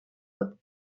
lot